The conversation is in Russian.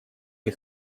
или